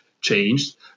changed